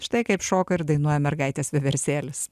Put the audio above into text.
štai kaip šoka ir dainuoja mergaitės vieversėlis